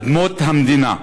אדמות המדינה.